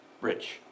rich